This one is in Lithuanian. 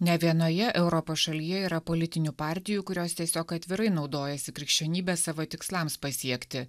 ne vienoje europos šalyje yra politinių partijų kurios tiesiog atvirai naudojasi krikščionybe savo tikslams pasiekti